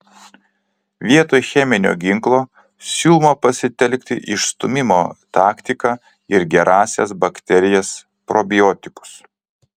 vietoj cheminio ginklo siūloma pasitelkti išstūmimo taktiką ir gerąsias bakterijas probiotikus